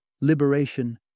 liberation